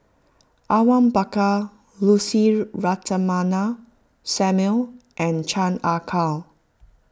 Awang Bakar Lucy Ratnammah Samuel and Chan Ah Kow